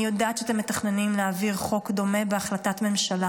אני יודעת שאתם מתכננים להעביר חוק דומה בהחלטת ממשלה,